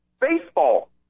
baseball